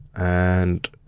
and